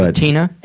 ah tina?